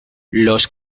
los